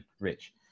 Rich